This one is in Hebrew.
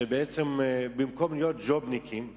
שבעצם במקום להיות ג'ובניקים,